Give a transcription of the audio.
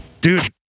Dude